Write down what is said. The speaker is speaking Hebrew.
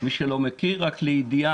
מי שלא מכיר, רק לידיעה,